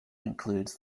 includes